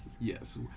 Yes